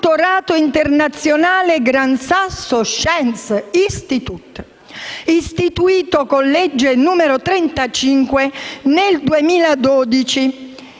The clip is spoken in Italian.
di dottorato internazionale Gran Sasso Science Institute. Istituito con legge n. 35 del 2012,